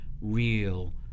real